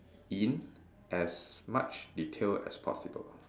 in as much detail as possible